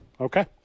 Okay